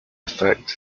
effect